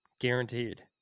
guaranteed